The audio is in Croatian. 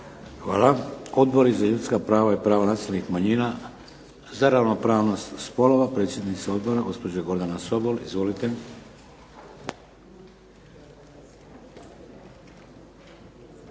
Hvala. Odbori za ljudska prava i prava nacionalnih manjina, za ravnopravnost spolova predsjednica odbora gospođa Gordana Sobol. Izvolite.